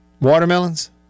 watermelons